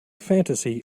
fantasy